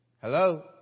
Hello